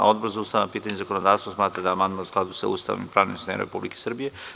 Odbor za ustavna pitanja i zakonodavstvo smatra da je amandman u skladu sa ustavom i pravnim sistemom Republike Srbije.